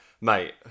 mate